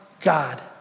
God